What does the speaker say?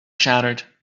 shattered